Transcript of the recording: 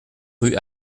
rue